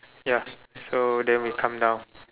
ya so then we come down